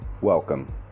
welcome